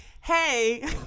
Hey